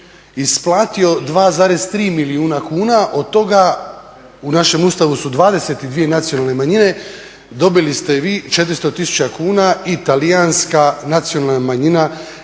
isplatio 2,3 milijuna kuna, od toga, u našem Ustavu su 22 nacionalne manjine, dobili ste vi 400 tisuća kuna i talijanska nacionalna manjina